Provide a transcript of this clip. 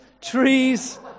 trees